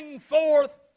forth